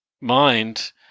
mind